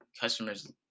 customers